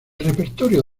repertorio